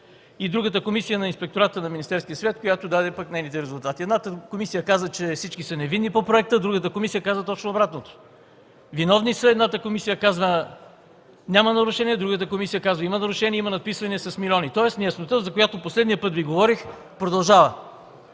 и другата – на Инспектората на Министерския съвет, която даде и нейните резултати. Едната комисия каза, че всички са невинни по проекта, а другата комисия каза точно обратното – виновни са. Едната комисия казва – няма нарушения, другата комисия казва, че има нарушение, има надписвания с милиони. Тоест неяснотата, за която последния път Ви говорих, продължава.